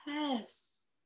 Yes